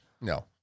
No